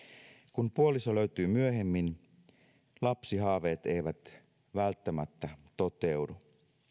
kun puoliso löytyy myöhemmin lapsihaaveet eivät välttämättä toteudu